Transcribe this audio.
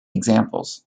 examples